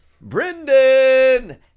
Brendan